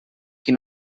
qui